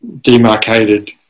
demarcated